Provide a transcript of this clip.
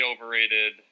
overrated